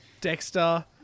Dexter